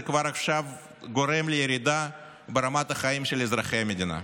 זה כבר עכשיו גורם לירידה ברמת החיים של אזרחי המדינה.